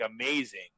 amazing